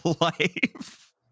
life